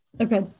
okay